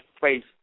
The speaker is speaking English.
face